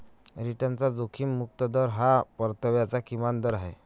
रिटर्नचा जोखीम मुक्त दर हा परताव्याचा किमान दर आहे